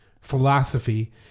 philosophy